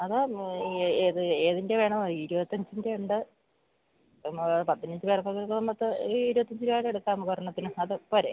അത് ഏത് ഏതിന്റെ വേണം ഇരുപത്തിയഞ്ചിന്റെയുണ്ട് എന്താണ് പത്ത് പതിനഞ്ച് പേര്ക്കൊക്കെ എടുക്കുമ്പോള് പത്ത് ഇരുപത്തിയഞ്ച് രൂപയുടെ എടുക്കാം നമുക്കൊരെണ്ണത്തിന് അതുപോരെ